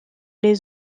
les